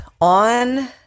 on